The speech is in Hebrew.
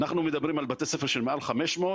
אנחנו מדברים על בתי ספר של מעל 500,